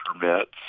permits